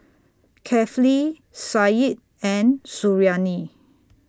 Kefli Said and Suriani